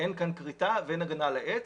אין כאן כריתה ואין הגנה על העץ.